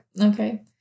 okay